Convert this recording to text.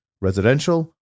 residential